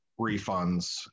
refunds